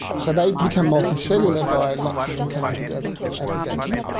so they become multicellular by lots of them coming together, aggregating.